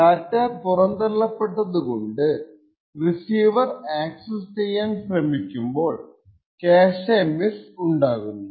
data പുറന്തള്ളപ്പെട്ടതുകൊണ്ട് receiver access ചെയ്യാൻ ശ്രമിക്കുമ്പോൾ ക്യാഷെ മിസ്സോ ഉണ്ടാകുന്നു